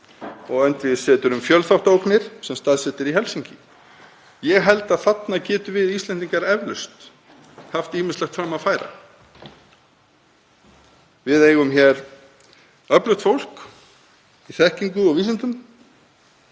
og öndvegisseturs um fjölþáttaógnir sem staðsett er í Helsinki. Ég held að þarna getum við Íslendingar eflaust haft ýmislegt fram að færa. Við eigum öflugt fólk í þekkingu og vísindum